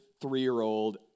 three-year-old